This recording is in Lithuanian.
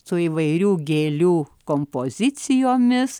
su įvairių gėlių kompozicijomis